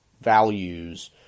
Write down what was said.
values